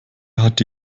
hatte